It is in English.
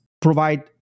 provide